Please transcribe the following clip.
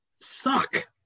suck